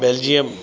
Belgium